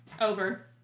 Over